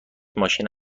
ماشین